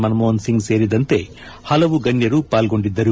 ಮನಮೋಹನ್ ಸಿಂಗ್ ಸೇರಿದಂತೆ ಹಲವು ಗಣ್ಣರು ಪಾಲ್ಗೊಂಡಿದ್ದರು